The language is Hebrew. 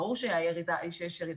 ברור שיש ירידה.